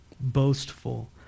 boastful